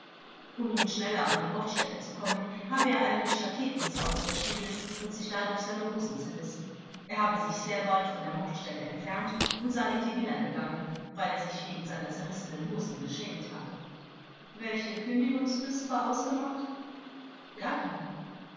um nun schneller an die mordstätte zu kommen habe er einen staketenzaun überstiegen und sich dadurch seine hosen zerrissen er habe sich sehr bald von der mordstätte entfernt und sei in die villa gegangen weil er sich wegen seiner zerrissenen hosen geschämt habe vors welche kündigungsfrist war ausgemacht zeuge gar keine